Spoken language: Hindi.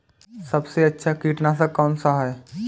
सबसे अच्छा कीटनाशक कौनसा है?